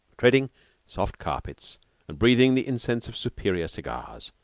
treading soft carpets and breathing the incense of superior cigars,